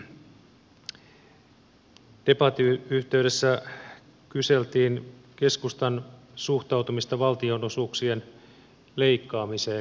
ensinnäkin päivällä debatin yhteydessä kyseltiin keskustan suhtautumista valtionosuuksien leikkaamiseen